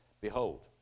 Behold